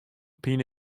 pine